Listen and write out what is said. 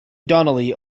donnelly